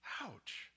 Ouch